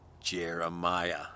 Jeremiah